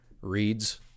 reads